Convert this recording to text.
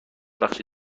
بخشی